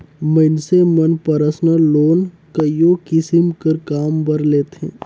मइनसे मन personal loan कइयो किसिम कर काम बर लेथें